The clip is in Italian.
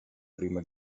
prima